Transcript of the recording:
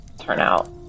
turnout